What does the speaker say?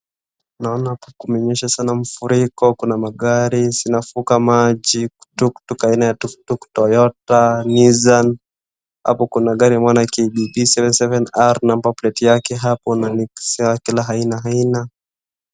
Naona hapo kumenyesha sana mafuriko kuna magari zinavuka maji tuktuk aina ya tuktuk toyota nissan hapo kuna gari nimeona KDB seven seven r number plate yake na ni kisia kila aina aina.